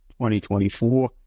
2024